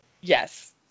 Yes